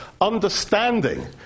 Understanding